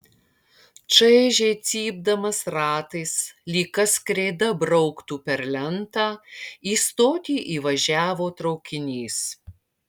šaižiai cypdamas ratais lyg kas kreida brauktų per lentą į stotį įvažiavo traukinys